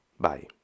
Bye